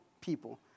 people